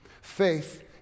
Faith